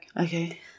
Okay